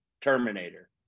Terminator